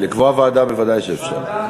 לקבוע ועדה ודאי שאפשר.